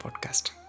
Podcast